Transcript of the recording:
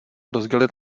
rozdělit